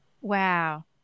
Wow